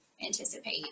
anticipate